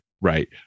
right